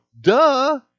Duh